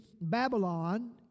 Babylon